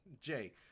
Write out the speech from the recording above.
Jay